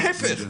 להיפך,